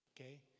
Okay